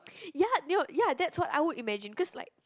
ya they'll ya that's what I would imagine cause like